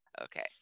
Okay